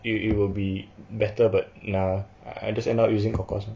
you it will be better but nah I just end up using kor kor's